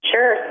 Sure